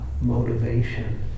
Motivation